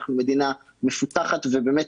אנחנו מדינה מפותחת ובאמת